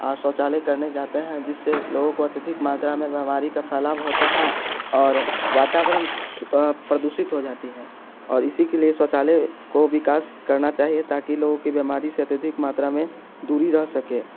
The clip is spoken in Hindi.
शौचालय करने जाते हैं जिससे लोगों को अत्यधिक मात्रा में महामारी का फैलाव होता है और वातावरण प्रदूषित हो जाती है और इसी के लिए शौचालय को विकास करना चाहिए ताकि लोगों के बीमारी के अत्यधिक मात्रा में दूरी रह सके